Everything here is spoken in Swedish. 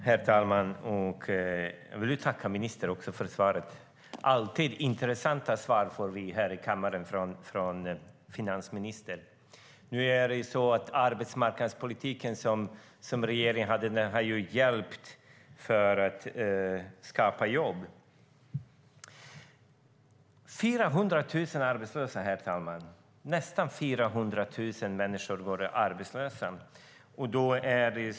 Herr talman! Jag tackar finansministern för svaret. Vi får alltid intressanta svar av finansministern i kammaren. Nu har regeringens arbetsmarknadspolitik hjälpt till att skapa jobb. Herr talman! Nästan 400 000 människor går arbetslösa.